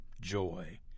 joy